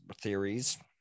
theories